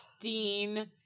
Dean